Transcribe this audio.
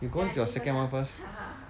you go on to your second one first